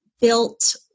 built